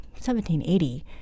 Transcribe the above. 1780